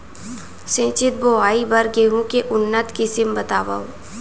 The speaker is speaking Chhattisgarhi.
सिंचित बोआई बर गेहूँ के उन्नत किसिम बतावव?